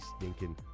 stinking